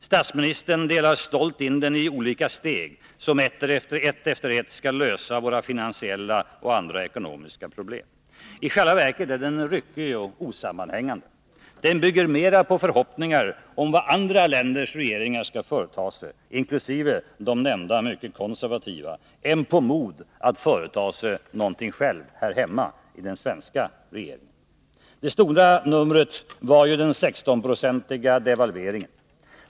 Statsministern delar stolt in den i olika steg, som ett efter ett skall lösa våra finansiella och andra ekonomiska problem. I själva verket är den ryckig och osammanhängande. Den bygger mera på förhoppningar om vad andra länders regeringar — inkl. de nämnda, mycket konservativa — skall företa sig, än på den svenska regeringens mod att själv företa sig någonting här hemma. Det stora numret var den 16-procentiga devalveringen.